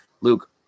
Luke